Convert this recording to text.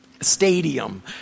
stadium